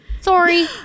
Sorry